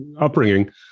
upbringing